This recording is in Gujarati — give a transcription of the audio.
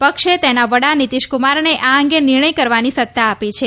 પક્ષે તેના વડા નીતિશ કુમારને આ અંગે નિર્ણય કરવાનો સત્તા આપી છે